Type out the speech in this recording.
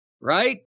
right